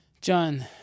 John